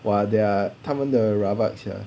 !wah! their 他们的 rabak sia